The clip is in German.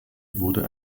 wurde